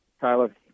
Tyler